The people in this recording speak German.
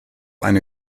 eine